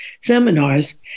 seminars